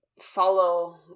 follow